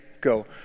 go